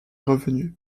revenue